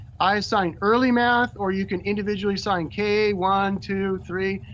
i assign early math or you can individually assign k, one, two, three,